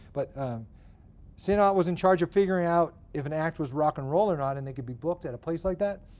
but sinnot was in charge of figuring out if an act was rock and roll, or not and they could be booked at a place like that.